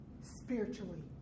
spiritually